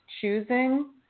choosing